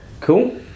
Cool